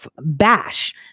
Bash